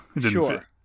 Sure